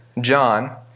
John